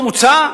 פה מוצע,